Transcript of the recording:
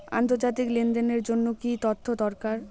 আন্তর্জাতিক লেনদেনের জন্য কি কি তথ্য দরকার?